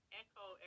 echo